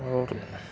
आओर